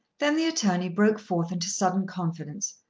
then the attorney broke forth into sudden confidence.